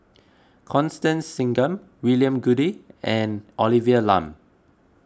Constance Singam William Goode and Olivia Lum